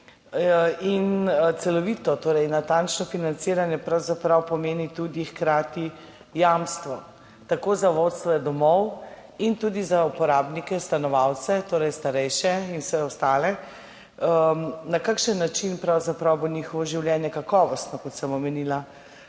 in celovito, torej natančno financiranje pravzaprav pomeni hkrati tudi jamstvo, tako za vodstvo domov in tudi za uporabnike, stanovalce, torej starejše in vse ostale, na kakšen način bo pravzaprav njihovo življenje kakovostno, kot sem omenila,